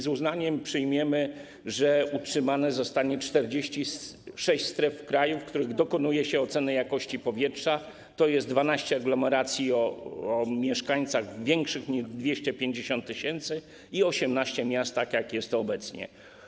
Z uznaniem przyjmujemy, że utrzymanych zostanie w kraju 46 stref, w których dokonuje się oceny jakości powietrza, tj. 12 aglomeracji o liczbie mieszkańców większej niż 250 tys. i 18 miast, tak jak jest to obecnie.